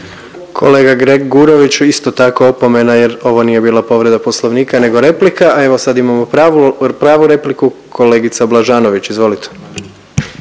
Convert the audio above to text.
Kolega Gregurović isto tako opomena, jer ovo nije bila povreda Poslovnika nego replika. Evo sad imamo pravu repliku kolegica Blažanović, izvolite.